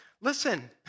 listen